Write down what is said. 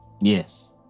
Yes